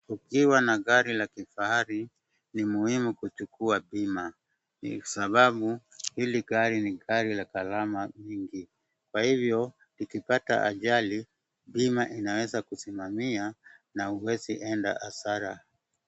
Ukiwa na gari la kifahari ni muhimu kuchukua bima ni sababu hili gari ni gari la gharama nyingi. Kwa hivyo likipata ajali bima inawezakusimamia na huezi enda hasara.